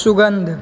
सुगन्ध